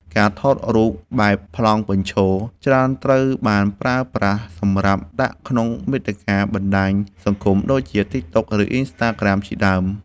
ការថតរូបប្រភេទបែបប្លង់បញ្ឈរ ច្រើនត្រូវបានប្រើប្រាស់សម្រាប់ដាក់ក្នុងមាតិកាបណ្ដាញសង្គមដូចជា តិក តុក ឬ អុីនស្តាក្រាម ជាដើម។